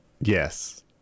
Yes